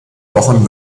wochen